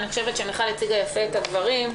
אני חושבת שמיכל הציגה יפה את הדברים.